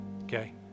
okay